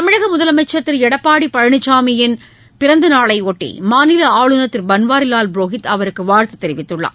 தமிழக முதலமைச்சர் திரு எடப்பாடி பழனிசாமியின் பிறந்தநாளையொட்டி மாநில ஆளுநர் திரு பன்வாரிவால் புரோஹித் அவருக்கு வாழ்த்து தெரிவித்துள்ளார்